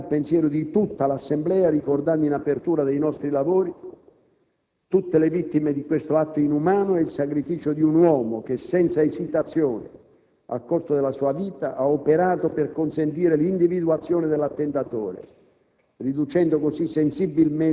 Sono certo di interpretare il pensiero di tutta l'Assemblea ricordando in apertura dei nostri lavori tutte le vittime di questo atto inumano e il sacrificio di un uomo che, senza esitazione, a costo della sua vita ha operato per consentire l'individuazione dell'attentatore,